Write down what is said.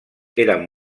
eren